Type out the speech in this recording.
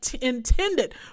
intended